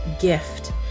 gift